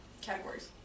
categories